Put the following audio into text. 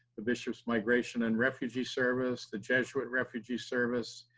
the bishops migration and refugee service, the jesuit refugee service.